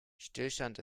stillstand